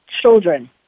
children